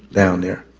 down there.